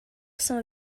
some